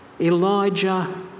Elijah